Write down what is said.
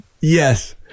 Yes